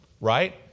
right